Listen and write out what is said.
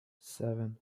seven